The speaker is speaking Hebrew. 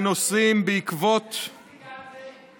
יש לך סטטיסטיקה על זה?